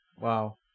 Wow